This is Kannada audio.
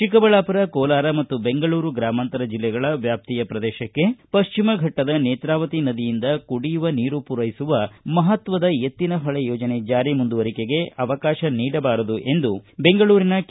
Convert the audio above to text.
ಚಿಕ್ಕಬಳ್ಳಾಪುರ ಕೋಲಾರ ಮತ್ತು ಬೆಂಗಳೂರು ಗ್ರಾಮಾಂತರ ಜಿಲ್ಲೆಗಳ ವ್ಯಾಪ್ತಿಯ ಪ್ರದೇಶಕ್ಕೆ ಪಶ್ಚಿಮ ಘಟ್ಟದ ನೇತಾವದಿ ನದಿಯಿಂದ ಕುಡಿಯುವ ನೀರು ಪೂರೈಸುವ ಮಹತ್ವದ ಎತ್ತಿನಹೊಳೆ ಯೋಜನೆ ಜಾರಿ ಮುಂದವರಿಕೆಗೆ ಅವಕಾಶ ನೀಡಬಾರದು ಎಂದು ಬೆಂಗಳೂರಿನ ಕೆ